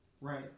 right